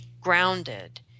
grounded